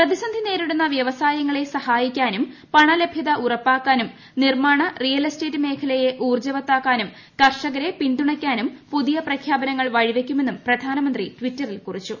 പ്രതിസന്ധിനേരിടുന്ന വ്യവസായങ്ങളെ സഹായിക്കാനും പണലഭ്യത ഉറപ്പാക്കാനും നിർമാണ റിയൽഎസ്റ്റേറ്റ് മേഖലയെ ഊർജ്ജവത്താക്കാനും കർഷകരെ പിന്തുണയ്ക്കാനും പുതിയ പ്രഖ്യാപനങ്ങൾ വഴിവെയ്ക്കുമെന്നും പ്രധാനമന്ത്രി ട്വിറ്ററിൽ കുറിച്ചു